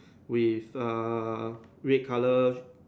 with err red color